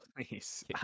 please